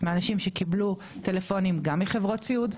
מאנשים שקיבלו טלפונים גם מחברות סיעוד,